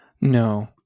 No